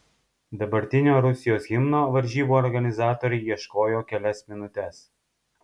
dabartinio rusijos himno varžybų organizatoriai ieškojo kelias minutes